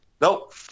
Nope